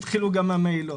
התחילו גם המהילות.